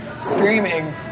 screaming